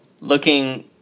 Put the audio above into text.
Looking